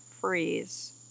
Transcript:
freeze